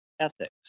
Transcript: ethics